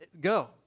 go